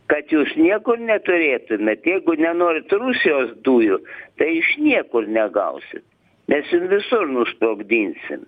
kad jūs niekur neturėtumėt jeigu nenorit rusijos dujų tai iš niekur negausit mes jum visur nusprogdinsim